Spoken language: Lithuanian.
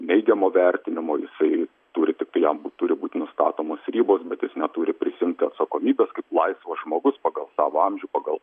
neigiamo vertinimo jisai turi tiktai jam būt turi būti nustatomos ribos bet jis neturi prisiimti atsakomybės kaip laisvas žmogus pagal savo amžių pagal